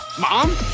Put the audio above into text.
Mom